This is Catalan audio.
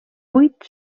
vuit